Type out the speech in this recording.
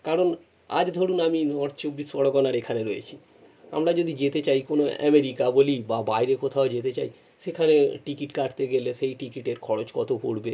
কারণ আজ ধরুন আমি নর্থ চব্বিশ পরগনার এখানে রয়েছি আমরা যদি যেতে চাই কোনও অ্যামেরিকা বলি বা বাইরে কোথাও যেতে চাই সেখানে টিকিট কাটতে গেলে সেই টিকিটের খরচ কত পড়বে